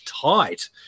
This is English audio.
tight